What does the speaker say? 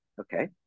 okay